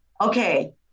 okay